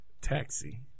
Taxi